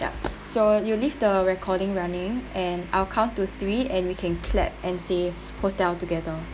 ya so you leave the recording running and I'll count to three and we can clap and say hotel together